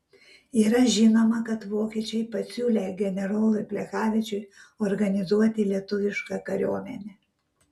yra žinoma kad vokiečiai pasiūlę generolui plechavičiui organizuoti lietuvišką kariuomenę